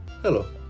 Hello